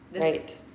Right